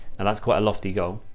and that's quite a lofty goal,